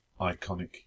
iconic